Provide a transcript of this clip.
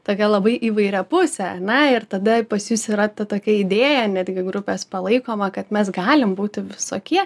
tokia labai įvairiapusė ane ir tada pas jus yra ta tokia idėja netgi grupės palaikoma kad mes galim būti visokie